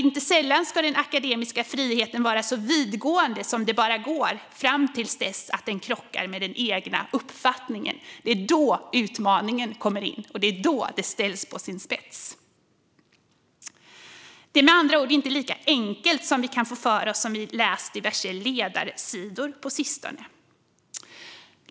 Inte sällan ska den akademiska friheten vara så vidgående som det bara går fram till dess att den krockar med den egna uppfattningen. Det är då utmaningen kommer in, och det är då det ställs på sin spets. Det är med andra ord inte lika enkelt som vi har kunnat få för oss när vi läst diverse ledarsidor på sistone.